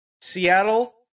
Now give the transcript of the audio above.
Seattle